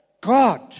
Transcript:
God